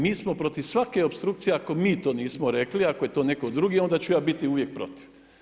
Mi smo protiv svake opstrukcije ako mi to nismo rekli, ako je to ne tko drugi, onda ću ja biti uvijek protiv.